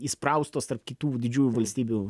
įspraustos tarp kitų didžiųjų valstybių